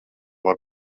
var